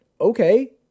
okay